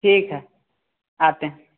ठीक है आते हैं